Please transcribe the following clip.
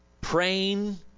praying